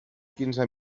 quinze